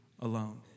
alone